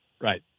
Right